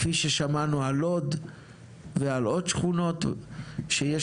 כפי ששמענו על לוד ועל עוד שכונות שיש